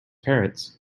parrots